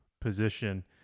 position